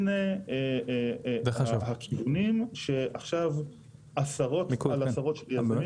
הנה הכיוונים שעכשיו עשרות על עשרות של יזמים